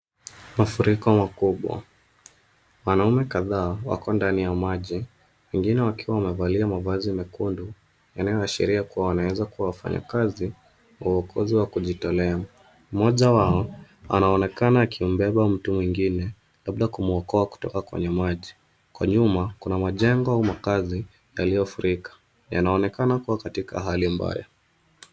Mafuriko makubwa. Wanaume kadhaa wako ndani ya maji wengine wakiwa wamevalia mavazi mekundu yanayoashiria kuwa wanaweza kuwa wafanyakazi wa uokozi wa kujitolea. Mmoja wao anaonekana akibeba mtu mwingine labda kumuokoa kutoka kwenye maji. Kwa nyuma kuna majengo au makazi yaliyofurika, yanaonekana kuwa katika hali mbaya.